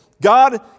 God